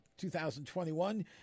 2021